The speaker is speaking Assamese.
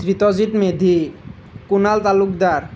তীৰ্থজিৎ মেধি কুণাল তালুকদাৰ